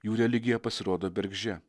jų religija pasirodo bergždžia